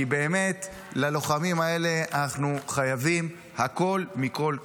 כי באמת ללוחמים האלה אנחנו חייבים הכול מכול כול.